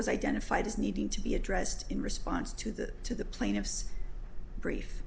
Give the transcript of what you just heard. was identified as needing to be addressed in response to the to the plaintiff's brief